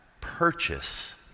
purchase